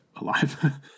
alive